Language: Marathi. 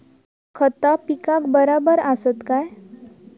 खता पिकाक बराबर आसत काय?